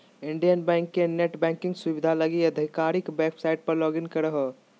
Indian bank के net banking सुविधा लगी आधिकारिक वेबसाइट पर लॉगिन करहो